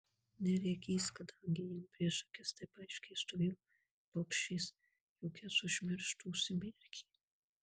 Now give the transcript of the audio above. neregys kadangi jam prieš akis taip aiškiai stovėjo bobšės jog jas užmirštų užsimerkė